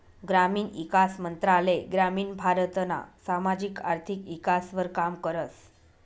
ग्रामीण ईकास मंत्रालय ग्रामीण भारतना सामाजिक आर्थिक ईकासवर काम करस